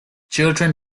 children